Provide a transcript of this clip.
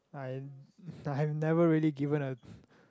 I I have never really given a